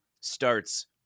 starts